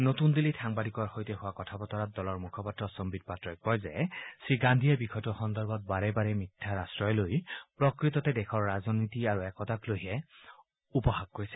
নতুন দিল্লীত সাংবাদিকৰ সৈতে হোৱা কথা বতৰাত দলৰ মুখপাত্ৰ সম্বিত পাত্ৰই কয় যে শ্ৰী গান্ধীয়ে বিষয়টো সন্দৰ্ভত বাৰে বাৰে মিথ্যাৰ আশ্ৰয় লৈ প্ৰকৃততে দেশৰ ৰাজনীতি আৰু একতাক লৈহে উপহাস কৰিছে